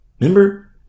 remember